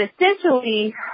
essentially